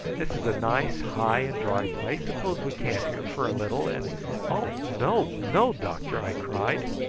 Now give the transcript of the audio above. this is a nice high and dry place suppose we camp here for a little, and oh no, no, doctor, i cried.